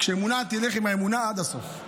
כשאמונה, תלך עם האמונה עד הסוף.